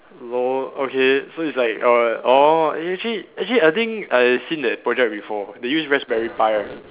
lol okay so it's like err orh eh actually actually I think I seen that project before they use raspberry pie right